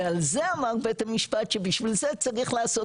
ועל זה אמר בית המשפט שבשביל זה צריך לעשות